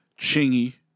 Chingy